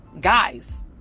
guys